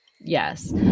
Yes